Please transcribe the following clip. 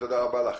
תודה רבה לך.